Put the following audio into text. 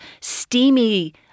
steamy